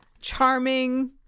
charming